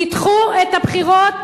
תדחו את הבחירות,